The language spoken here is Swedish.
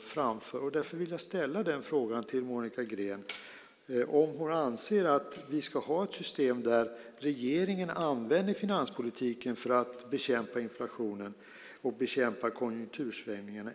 framför. Därför vill jag fråga Monica Green om hon anser att vi ska ha ett system där regeringen använder finanspolitiken för att bekämpa inflationen och bekämpa konjunktursvängningarna.